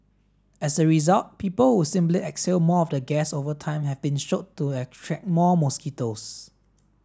as a result people who simply exhale more of the gas over time have been shown to attract more mosquitoes